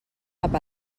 cap